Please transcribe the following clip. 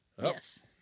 Yes